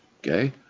Okay